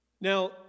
Now